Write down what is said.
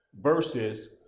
versus